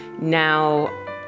Now